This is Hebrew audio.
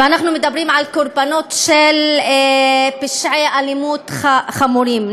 ואנחנו מדברים על קורבנות של פשעי אלימות חמורים,